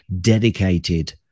dedicated